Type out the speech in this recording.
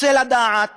רוצה לדעת